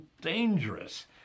dangerous